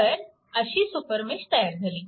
तर अशी सुपरमेश तयार झाली